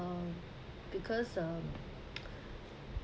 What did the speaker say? uh because um